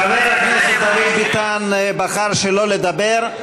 חבר הכנסת דוד ביטן בחר שלא לדבר.